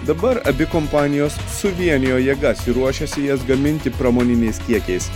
dabar abi kompanijos suvienijo jėgas ir ruošiasi jas gaminti pramoniniais kiekiais